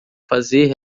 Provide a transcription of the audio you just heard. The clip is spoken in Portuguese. fazer